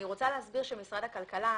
משרד הכלכלה,